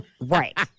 Right